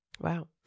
Wow